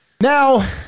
Now